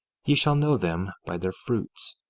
ye shall know them by their fruits.